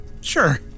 Sure